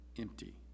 empty